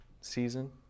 season